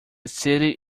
city